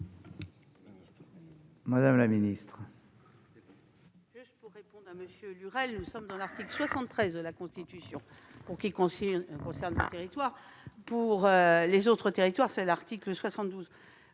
Mme la ministre.